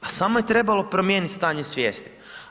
A samo je trebalo promijeniti stanje svijesti.